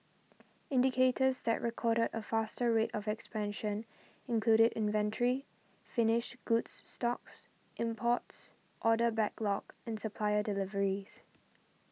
indicators that recorded a faster rate of expansion included inventory finished goods stocks imports order backlog and supplier deliveries